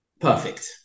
Perfect